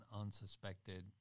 unsuspected